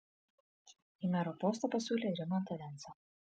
į mero postą pasiūlė rimantą vensą